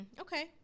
okay